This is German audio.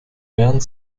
während